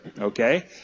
Okay